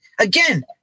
again